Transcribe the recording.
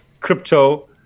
crypto